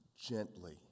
gently